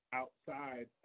outside